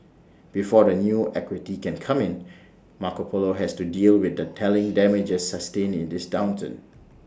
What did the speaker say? before the new equity can come in Marco Polo has to deal with the telling damages sustained in this downturn